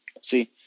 See